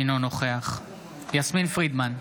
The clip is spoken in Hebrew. אינו נוכח יסמין פרידמן,